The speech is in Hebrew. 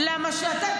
למה כשאתה,